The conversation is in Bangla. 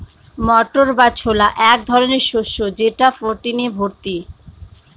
মটর বা ছোলা এক ধরনের শস্য যেটা প্রোটিনে ভর্তি